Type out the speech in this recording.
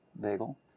bagel